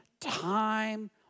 time